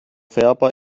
färber